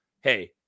hey